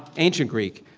ancient greek